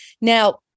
Now